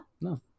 No